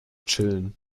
chillen